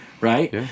Right